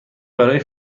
برای